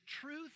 truth